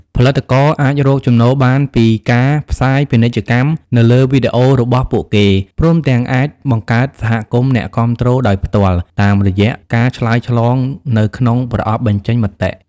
ផលិតករអាចរកចំណូលបានពីការផ្សាយពាណិជ្ជកម្មនៅលើវីដេអូរបស់ពួកគេ ព្រមទាំងអាចបង្កើតសហគមន៍អ្នកគាំទ្រដោយផ្ទាល់តាមរយៈការឆ្លើយឆ្លងនៅក្នុងប្រអប់បញ្ចេញមតិ។